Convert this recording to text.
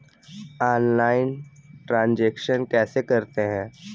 Online transaction कैसे करते हैं?